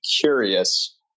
curious